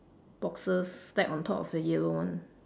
boxes stack on top of the yellow one